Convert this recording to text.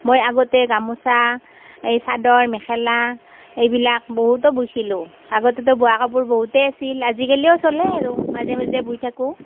মই আগতে গামোচা এই চাদৰ মেখেলা এইবিলাক বহুতো বৈছিলোঁ আগতেতো বোৱা কাপোৰ বহুতেই আছিল আজিকালিও চলে আৰু মাজে মাজে বৈ থাকোঁ